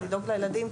לדאוג לילדים.